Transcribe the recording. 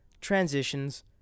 transitions